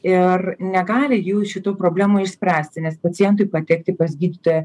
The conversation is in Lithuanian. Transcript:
ir negali jų šitų problemų išspręsti nes pacientui patekti pas gydytoją